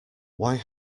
why